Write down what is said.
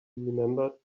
remembered